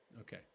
Okay